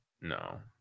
No